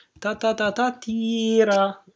ta-ta-ta-ta-tira